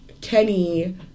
Kenny